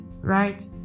right